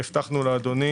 והבטחנו לאדוני